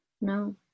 No